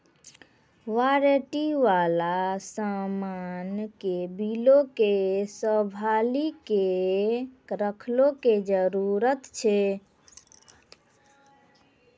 warranty बाला समान के बिलो के संभाली के रखै के जरूरत छै